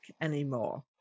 anymore